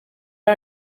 are